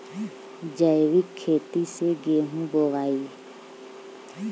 जैविक खेती से गेहूँ बोवाई